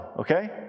okay